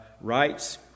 rights